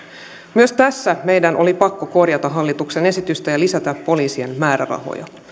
myös tässä meidän oli pakko korjata hallituksen esitystä ja lisätä poliisien määrärahoja